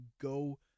go